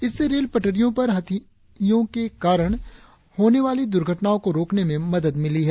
इससे रेल पटरियों पर हाथियों के कारण होने वाली दुर्घटनाओ को रोकने में मदद मिली है